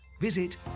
Visit